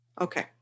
Okay